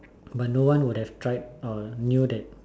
but no one would have tried I would knew that